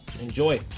Enjoy